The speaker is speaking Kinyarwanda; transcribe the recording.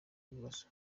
bibazo